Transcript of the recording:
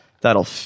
that'll